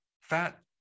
fat